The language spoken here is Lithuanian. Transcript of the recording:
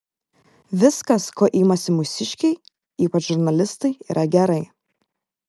viskas ko imasi mūsiškiai ypač žurnalistai yra gerai